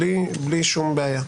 בלי שום בעיה.